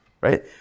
right